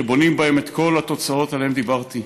שבונים בהם את כל התוצאות שעליהן דיברתי.